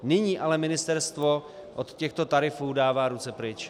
Nyní ale ministerstvo od těchto tarifů dává ruce pryč.